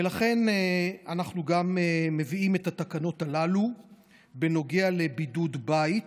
ולכן אנחנו גם מביאים את התקנות הללו בנוגע לבידוד בית.